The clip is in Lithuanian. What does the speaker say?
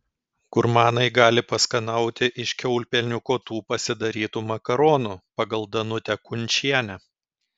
gurmanai gali paskanauti iš kiaulpienių kotų pasidarytų makaronų pagal danutę kunčienę